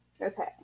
Okay